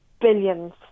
billions